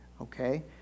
Okay